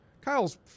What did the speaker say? Kyle's